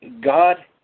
God